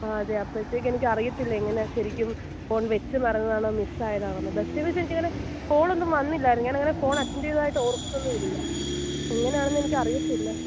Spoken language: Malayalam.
ആ അതെ അപ്പോഴത്തേക്ക് എനിക്ക് അറിയത്തില്ല എങ്ങനെയാണ് ശരിക്കും ഫോൺ വെച്ച് മറന്നതാണോ മിസ്സ് ആയതാണോ എന്ന് ബസ്സിൽ വെച്ച് എനിക്ക് അങ്ങനെ കോൾ ഒന്നും വന്നില്ലായിരുന്നു ഞാൻ അങ്ങനെ ഫോൺ അറ്റൻഡ് ചെയ്തതായിട്ട് ഓർക്കുന്നൊന്നും ഇല്ല എങ്ങനെയാണെന്ന് എനിക്ക് അറിയില്ല